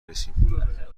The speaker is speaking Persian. رسیم